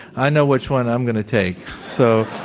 i know which one i'm going to take. so,